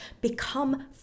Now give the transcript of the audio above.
become